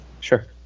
sure